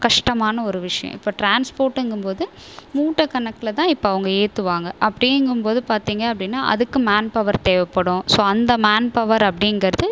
கஷ்டமான ஒரு விஷயம் இப்போ ட்ரான்ஸ்போர்ட்டுங்கும்போது மூட்டைக் கணக்கில் தான் இப்போ அவங்க ஏற்றுவாங்க அப்படிங்கும்போது பார்த்தீங்க அப்படின்னா அதுக்கு மேன்பவர் தேவைப்படும் ஸோ அந்த மேன்பவர் அப்படிங்கிறது